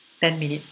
ten minute